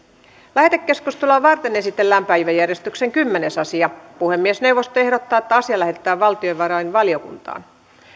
lähetekeskustelua varten esitellään päiväjärjestyksen kymmenes asia puhemiesneuvosto ehdottaa että asia lähetetään valtiovarainvaliokuntaan